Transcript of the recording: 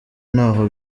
n’aho